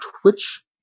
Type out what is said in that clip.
Twitch